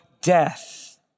death